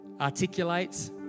articulates